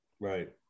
right